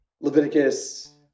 Leviticus